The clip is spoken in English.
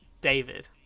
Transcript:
David